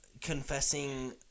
confessing